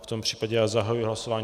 V tom případě zahajuji hlasování.